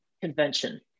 convention